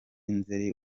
nzeri